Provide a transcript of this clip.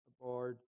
aboard